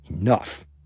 enough